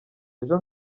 ejo